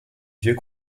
vieux